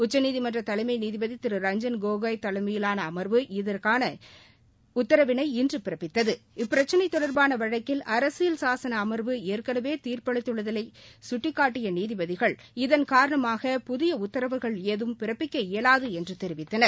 உச்சநீதிமன்ற தலைமை நீதிபதி திரு ரஞ்சன் கோகோய் தலைமையிலான அமர்வு இன்று இதற்கான உத்தரவினை இப்பிரச்சனை தொடர்பான வழக்கில் அரசியல் சாசன அமர்வு ஏற்கனவே தீர்ப்பளித்துள்ளதை சுட்டிக்காட்டிய நீதிபதிகள் இதன் காரணமாக புதிய உத்தரவுகள் எதுவும் பிறப்பிக்க இயலாது என்று தெரிவித்தனர்